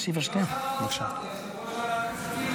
זה לא שר האוצר, זה יושב-ראש ועדת הכספים.